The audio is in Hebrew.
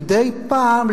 מדי פעם,